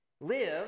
live